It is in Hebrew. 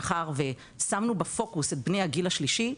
מאחר ושמנו בפוקוס את בני הגיל השלישי,